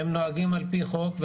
הם נוהגים על פי חוק,